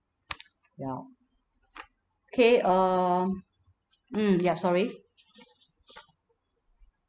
ya kay um mm ya sorry